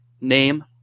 name